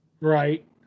Right